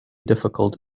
difficult